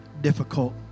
difficult